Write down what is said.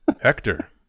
Hector